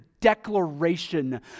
declaration